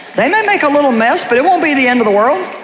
they might make a little mess, but it won't be the end of the world.